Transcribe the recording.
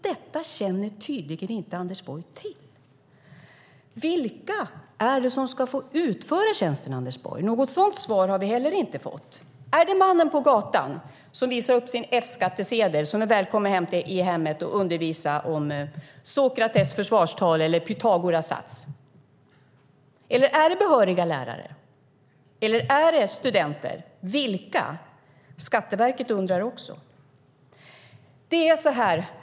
Detta känner tydligen inte Anders Borg till. Vilka är det som ska få utföra tjänsten, Anders Borg? Något sådant svar har vi inte heller fått. Är mannen på gatan som visar upp sin F-skattsedel välkommen i hemmet för att undervisa om Sokrates försvarstal eller Pythagoras sats? Eller är det behöriga lärare? Eller är det studenter? Vilka är det? Skatteverket undrar också. Herr talman!